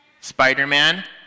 Spider-Man